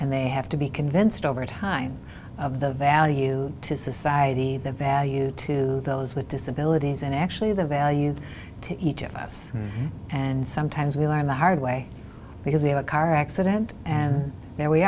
and they have to be convinced over time of the value to society the value to those with disabilities and actually the value to each of us and sometimes we learn the hard way because we had a car accident and now we